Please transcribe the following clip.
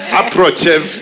approaches